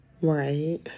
Right